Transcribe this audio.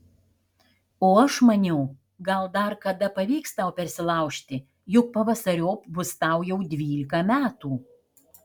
o aš maniau gal dar kada pavyks tau persilaužti juk pavasariop bus tau jau dvylika metų